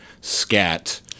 scat